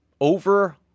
Over